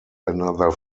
another